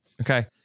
Okay